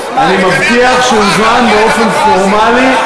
אני מבטיח שאם אוזמן באופן פורמלי,